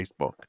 Facebook